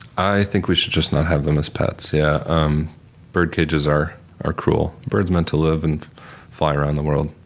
i think we should just not have them as pets. yeah um bird cages are are cruel. a bird's meant to live and fly around the world.